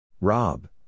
Rob